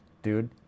Dude